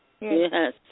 Yes